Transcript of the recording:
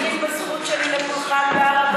חבל שלא תומכים בזכות שלי לפולחן בהר הבית.